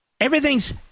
everything's